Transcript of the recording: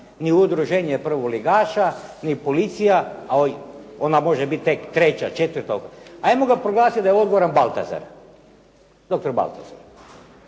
ni udruženje prvoligaša, ni policija a ona može biti tek treća, četvrta, ajmo ga proglasiti da je odgovoran Baltazar, dr. Baltazar,